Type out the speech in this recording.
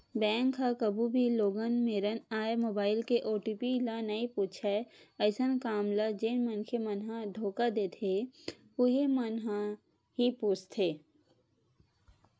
bank ह कभू भी लोगन मेरन आए मोबाईल के ओ.टी.पी ल नइ पूछय अइसन काम ल जेन मनखे मन ह धोखा देथे उहीं मन ह ही पूछथे